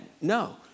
No